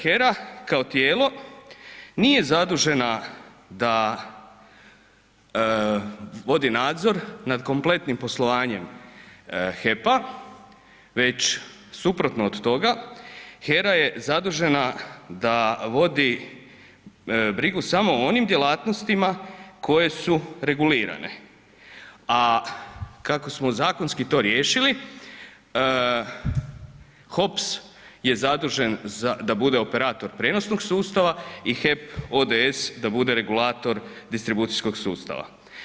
HERA kao tijelo nije zadužena da vodi nadzor nad kompletnim poslovanjem HEP-a već suprotno od toga, HERA je zadužena da vodi brigu samo o onim djelatnostima koje su regulirane a kako smo zakonski to riješili, HOPS je zadužen da operator prijenosnog sustava i HEP ODS da bude regulator distribucijskog sustava.